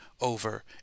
over